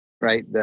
right